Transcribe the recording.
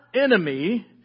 enemy